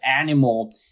animal